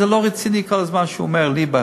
זה לא רציני כל הזמן שהוא אומר ליבה,